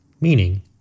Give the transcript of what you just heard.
meaning